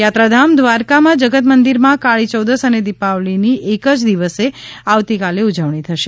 યાત્રા ધામ દ્વારકામાં જગતમંદિરમાં કાળી ચૌદશ અને દિપાવલીની એક જ દિવસે આવતીકાલે ઉજવણી થશે